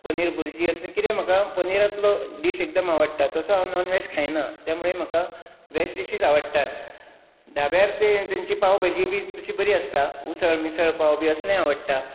पनीर भुर्जी असलें कितेंय म्हाका पनिरांतलो डीश एकदम आवडटा तसो हांव नोन वेज खायना त्या मुळें म्हाका वेज डिशीस आवडटात धाब्यार ते आनी तेंची पांव भाजी बी तशी बरी आसता उसळ मिसळ पाव बी असलेंय आवडटां